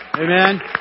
Amen